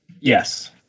Yes